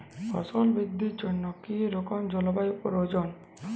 ফসল বৃদ্ধির জন্য কী রকম জলবায়ু প্রয়োজন?